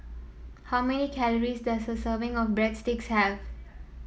how many calories does a serving of Breadsticks have